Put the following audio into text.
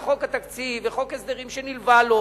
חוק התקציב ועל חוק ההסדרים שנלווה לו,